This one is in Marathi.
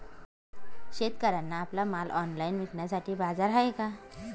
शेतकऱ्यांना आपला माल ऑनलाइन विकण्यासाठी बाजार आहे का?